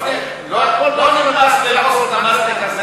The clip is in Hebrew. לא נמאס ללעוס את המסטיק הזה?